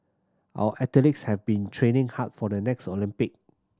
our athletes have been training hard for the next Olympic